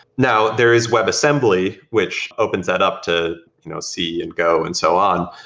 now, there is web assembly, which opens that up to you know c and go and so on,